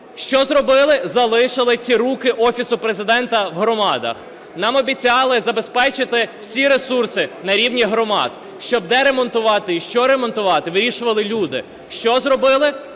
Що зробили? Залишили ці руки Офісу Президента в громадах. Нам обіцяли забезпечити всі ресурси на рівні громад, щоб, де ремонтувати і що ремонтувати вирішували люди. Що зробили?